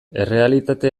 errealitate